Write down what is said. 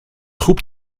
groep